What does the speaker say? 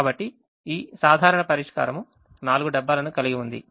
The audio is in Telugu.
కాబట్టి ఈ సాధారణ పరిష్కారం 4 డబ్బాలను కలిగి ఉంది